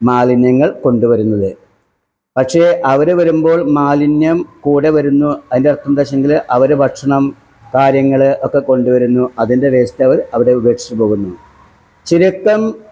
മാലിന്യങ്ങൾ കൊണ്ടുവരുന്നത് പക്ഷെ അവർ വരുമ്പോൾ മാലിന്യം കൂടെ വരുന്നു അതിൻ്റെ അർത്ഥം എന്താണെന്ന് വെച്ചെങ്കിൽ അവർ ഭക്ഷണം കാര്യങ്ങൾ ഒക്കെ കൊണ്ട് വരുന്നു അതിൻ്റെ വേസ്റ്റ് അവർ അവിടെ ഉപേക്ഷിച്ച് പോകുന്നു ചുരുക്കം